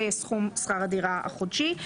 זה יהיה סכום שכר הדירה החודשי.